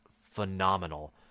phenomenal